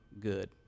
good